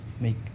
make